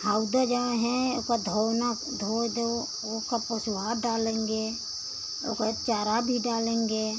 हउदा जो हैं ओका धोना धोय दो ओहका पशुहार डालेंगे ओकरे चारा भी डालेंगे